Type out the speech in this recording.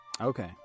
Okay